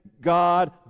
god